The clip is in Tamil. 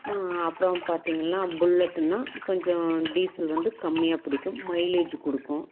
அப்புறம் பார்த்திங்கன்னா புல்லட்டுன்னா கொஞ்சம் டீசல் வந்து கம்மியா புடிக்கும் மைலேஜூ கொடுக்கும்